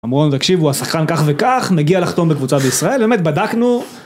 אמרו לנו תקשיבו השחקן כך וכך מגיע לחתום בקבוצה בישראל באמת בדקנו